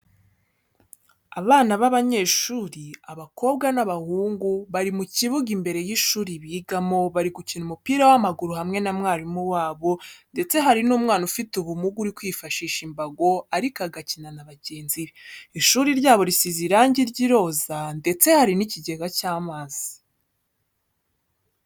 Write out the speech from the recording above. Abana b'abanyeshuri abakobwa n'abahungu bari mu kibuga imbere y'ishuri bigamo bari gukina umupira w'amaguru hamwe na mwarimu wabo ndeste hari n'umwana ufite ubumuga urikwifashisha imbago ariko agakina na bagenzi be. ishuri ryabo risize irangi ry'iroza ndeset hari ikigega cy'amazi.